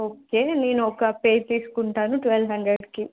okay నేను ఒక pair తీసుకుంటాను ట్వెల్వ్ హండ్రెడ్కి